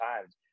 times